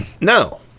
no